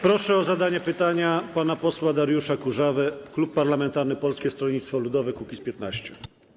Proszę o zadanie pytania pana posła Dariusza Kurzawę, klub parlamentarny Polskie Stronnictwo Ludowe - Kukiz15.